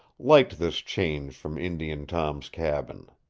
liked this change from indian tom's cabin.